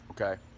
okay